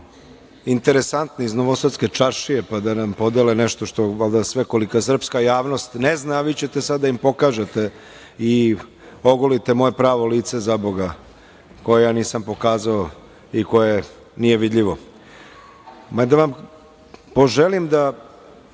interesantni iz novosadske čaršije, pa da nam podele nešto što je valjda sve kolika srpska javnost ne zna, a vi ćete sada da im pokažete i ogolite moje pravo lice, zaboga, koje ja nisam pokazao i koje nije vidljivo. Mada vam poželim da